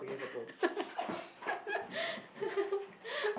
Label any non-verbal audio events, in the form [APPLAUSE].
[LAUGHS]